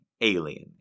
alien